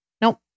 Nope